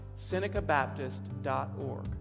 SenecaBaptist.org